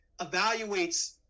evaluates